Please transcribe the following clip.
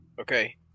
Okay